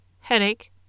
headache